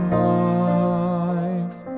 life